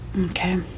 Okay